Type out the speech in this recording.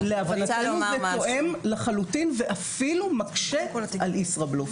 להבנתנו זה תואם לחלוטין ואפילו מקשה על ישראבלופ.